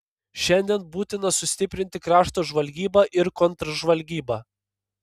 šiandien būtina sustiprinti krašto žvalgybą ir kontržvalgybą